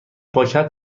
پاکت